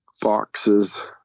boxes